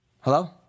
Hello